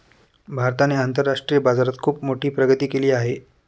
भारताने आंतरराष्ट्रीय बाजारात खुप मोठी प्रगती केली आहे